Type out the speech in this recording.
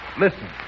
listen